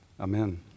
Amen